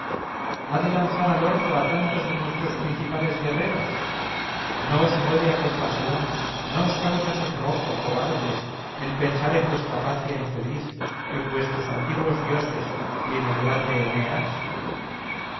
de lanzar al orco a tantos de nuestros principales guerreros no os mueve a compasión no os causa sonrojo cobardes el pensar en vuestra patria infeliz en vuestros antiguos dioses y en el grande eneas